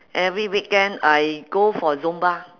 every weekend I go for zumba